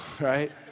right